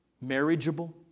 marriageable